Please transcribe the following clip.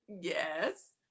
Yes